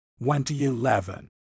2011